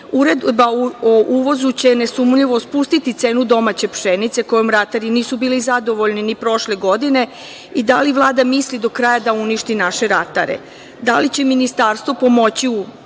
Uredba o uvozu će nesumnjivo spustiti cenu domaće pšenice, kojom ratari nisu bili zadovoljni ni prošle godine i da li Vlada misli do kraja da uništi naše ratare? Da li će Ministarstvo pomoći u